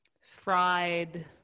fried